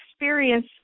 experience